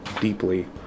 deeply